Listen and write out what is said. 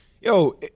yo